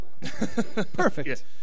Perfect